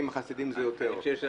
חסידים זה יותר.